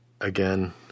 again